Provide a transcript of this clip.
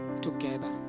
together